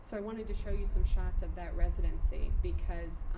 so i wanted to show you some shots of that residency because,